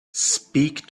speak